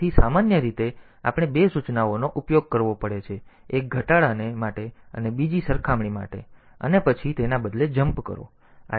તેથી સામાન્ય રીતે આપણે બે સૂચનાઓનો ઉપયોગ કરવો પડે છે એક ઘટાડાને માટે અને બીજી સરખામણી માટે અને પછી તેના બદલે ત્યાં જમ્પ કરો